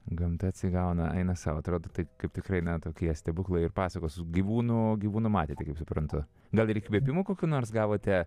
gamta atsigauna eina sau atrodo taip kaip tikrai ne tokie stebuklai ir pasakos gyvūnų gyvūnų matėte kaip suprantu gal ir įkvėpiųu kokių nors gavote